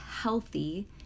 healthy